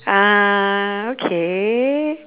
uh okay